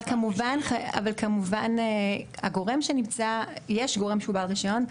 אבל כמובן הגורם שנמצא, יש גורם שהוא בעל רישיון.